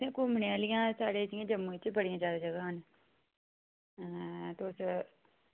इत्थै घुम्मने आह्लियां साढ़े जम्मू च मतलब कि बड़ियां ज्यादा जगह न आं तुस